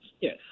Yes